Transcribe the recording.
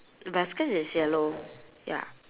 but the skirt is yellow ya